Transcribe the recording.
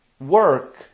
work